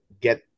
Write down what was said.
get